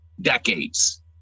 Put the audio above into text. decades